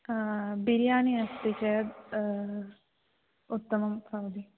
बिर्यानि अस्ति चेत् उत्तमं भवति